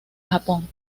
japón